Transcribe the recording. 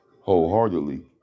wholeheartedly